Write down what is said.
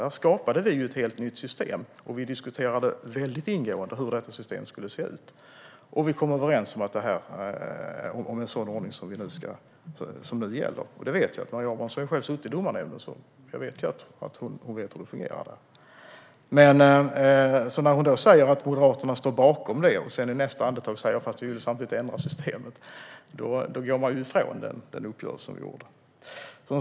Där skapade vi ett helt nytt system, och vi diskuterade väldigt ingående hur det skulle se ut. Vi kom överens om den ordning som nu gäller. Jag vet att Maria Abrahamsson själv har suttit i Domarnämnden och vet hur det fungerar där. När hon då säger att Moderaterna står bakom detta och i nästa andetag säger att de vill ändra systemet frångås ju den uppgörelse vi gjorde.